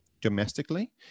domestically